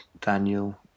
Daniel